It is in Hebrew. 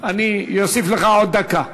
אני אוסיף לך דקה.